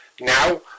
Now